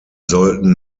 sollten